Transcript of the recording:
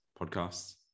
podcasts